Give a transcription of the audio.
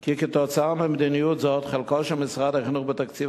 כי כתוצאה ממדיניות זאת חלקו של משרד החינוך בתקציב